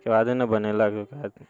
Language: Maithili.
उसके बादे ने बनैलक काहे